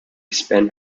spent